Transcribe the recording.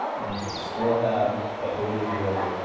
and we still have a polluted river.